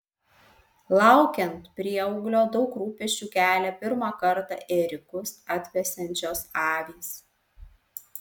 laukiant prieauglio daug rūpesčių kelia pirmą kartą ėriukus atvesiančios avys